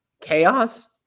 chaos